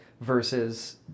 versus